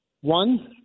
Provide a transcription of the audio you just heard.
One